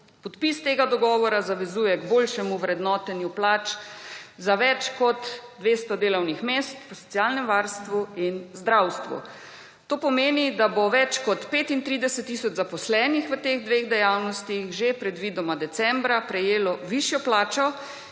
Podpis tega dogovora zavezuje k boljšemu vrednotenju plač za več kot 200 delovnih mest v socialnem varstvu in zdravstvu. To pomeni, da bo več kot 35 tisoč zaposlenih v teh dveh dejavnostih že predvidoma decembra prejelo višjo plačo,